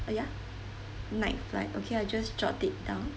uh ya night flight okay I just jot it down